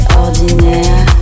ordinaire